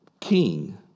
king